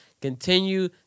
Continue